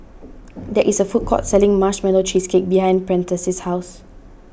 there is a food court selling Marshmallow Cheesecake behind Prentice's house